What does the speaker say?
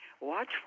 Watch